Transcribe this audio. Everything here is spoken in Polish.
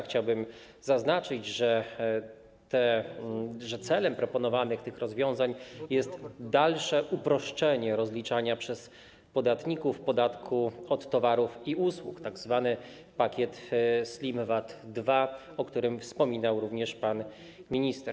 Chciałbym zaznaczyć, że celem proponowanych rozwiązań jest dalsze uproszczenie rozliczania przez podatników podatku od towarów i usług, chodzi o tzw. pakiet Slim VAT 2, o którym wspominał również pan minister.